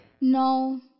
No